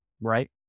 right